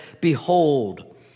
Behold